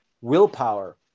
willpower